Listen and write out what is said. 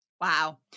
Wow